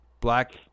black